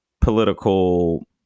political